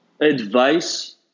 advice